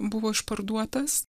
buvo išparduotas